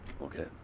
Okay